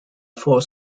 four